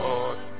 Lord